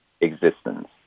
existence